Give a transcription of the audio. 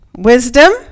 Wisdom